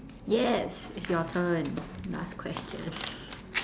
yes it's your turn last question